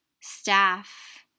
staff